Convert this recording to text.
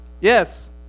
Yes